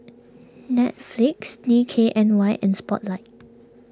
Netflix D K N Y and Spotlight